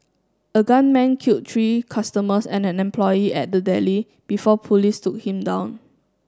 a gunman kill three customers and an employee at the deli before police took him down